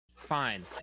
fine